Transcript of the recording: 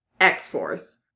X-Force